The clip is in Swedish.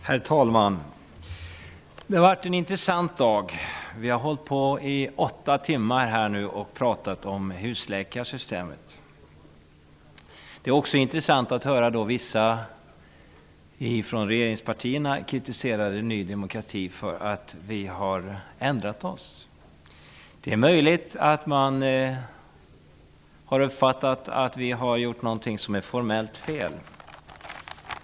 Herr talman! Denna dag har varit en intressant dag. Vi har i åtta timmar talat om husläkarsystemet. Det är intressant att höra hur vissa ledamöter ur regeringspartierna kritiserar oss i Ny demokrati för att vi har ändrat oss. Det är möjligt att man har uppfattat det som att vi har gjort något som är formellt fel.